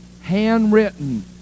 handwritten